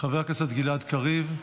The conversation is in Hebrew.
חבר הכנסת גלעד קריב,